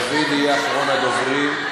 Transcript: דוד יהיה אחרון הדוברים.